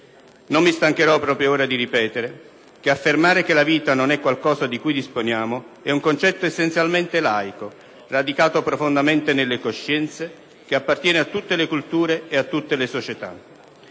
Non mi stancherò proprio ora di ripetere che affermare che la vita non è qualcosa di cui disponiamo è un concetto essenzialmente laico, radicato profondamente nelle coscienze, che appartiene a tutte le culture e a tutte le società.